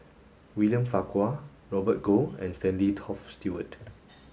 William Farquhar Robert Goh and Stanley Toft Stewart